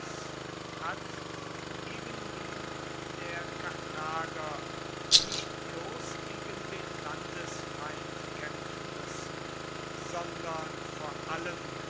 hat ebenwie der karthager nicht bloß gegen den landesfeind kämpfen müssen sondern vor allem